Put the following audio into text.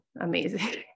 amazing